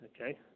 okay